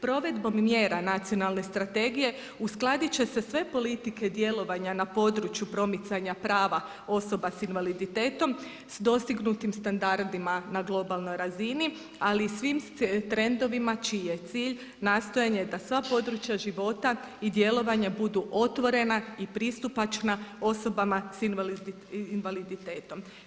Provedbom mjera Nacionalne strategije uskladiti će se sve politike djelovanja na području promicanja prava osoba sa invaliditetom s dostignutim standardima na globalnoj razini ali i svim trendovima čiji je cilj nastojanje da sva područja života i djelovanja budu otvorena i pristupačna osobama sa invaliditetom.